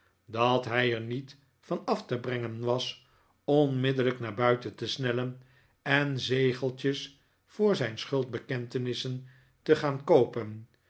dat hij er niet van af te brengen was onmiddellijk naar buiten te snellen en zegeltjes voor zijn schuldbekentenissen te gaan koopen